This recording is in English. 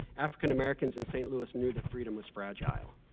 african americans in st. louis knew that freedom was fragile.